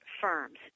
firms